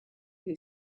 who